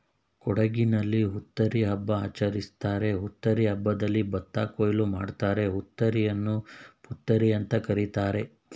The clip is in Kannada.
ಕೊಡಗಿನಲ್ಲಿ ಹುತ್ತರಿ ಹಬ್ಬ ಆಚರಿಸ್ತಾರೆ ಹುತ್ತರಿ ಹಬ್ಬದಲ್ಲಿ ಭತ್ತ ಕೊಯ್ಲು ಮಾಡ್ತಾರೆ ಹುತ್ತರಿಯನ್ನು ಪುತ್ತರಿಅಂತ ಕರೀತಾರೆ